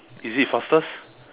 is it fastest